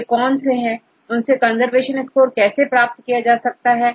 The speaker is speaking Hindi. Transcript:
वे कौन से हैं और कंजर्वेशन स्कोर कैसे प्राप्त किया जा सकता है